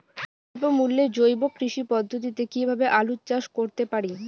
স্বল্প মূল্যে জৈব কৃষি পদ্ধতিতে কীভাবে আলুর চাষ করতে পারি?